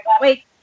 wait